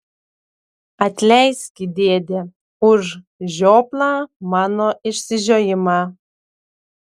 atleiski dėde už žioplą mano išsižiojimą